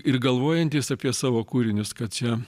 ir galvojantys apie savo kūrinius kad čia